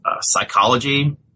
psychology